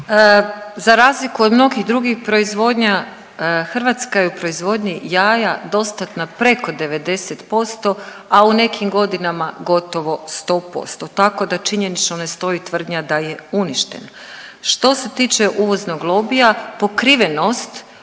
Za razliku od mnogih drugih proizvodnja Hrvatska je u proizvodnji jaja dostatna preko 90%, a u nekim godinama gotovo 100%, tako da činjenično ne stoji tvrdnja da je uništena. Što se tiče uvoznog lobija pokrivenost